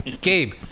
Gabe